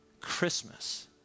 Christmas